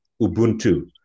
Ubuntu